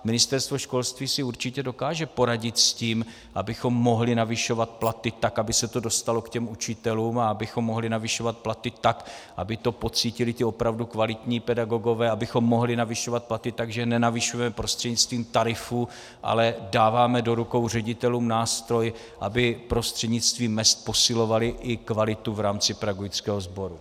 Ministerstvo školství si určitě dokáže poradit s tím, abychom mohli navyšovat platy tak, aby se to dostalo k těm učitelům a abychom mohli navyšovat platy tak, aby to pocítili ti opravdu kvalitní pedagogové, abychom mohli navyšovat platy tak, že nenavyšujeme prostřednictvím tarifů, ale dáváme do rukou ředitelům nástroj, aby prostřednictvím mezd posilovali i kvalitu v rámci pedagogického sboru.